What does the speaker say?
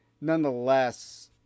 nonetheless